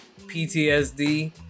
PTSD